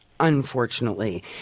Unfortunately